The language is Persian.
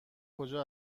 کجا